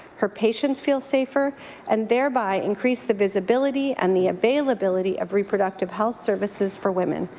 her patients feel safer and thereby increase the visibility and the availability of reproductive health services for women,